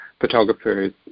photographers